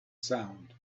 sound